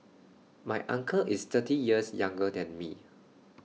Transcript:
my uncle is thirty years younger than me